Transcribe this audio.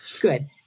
good